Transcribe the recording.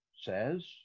says